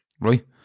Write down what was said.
right